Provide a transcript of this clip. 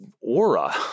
aura